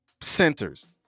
centers